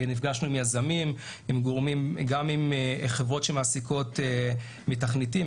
נפגשנו עם יזמים, גם עם חברות שמעסיקות מתכנתים.